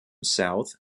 south